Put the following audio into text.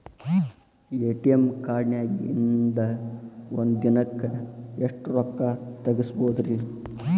ATM ಕಾರ್ಡ್ನ್ಯಾಗಿನ್ದ್ ಒಂದ್ ದಿನಕ್ಕ್ ಎಷ್ಟ ರೊಕ್ಕಾ ತೆಗಸ್ಬೋದ್ರಿ?